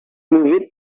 move